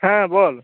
হ্যাঁ বল